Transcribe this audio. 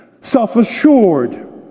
self-assured